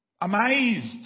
amazed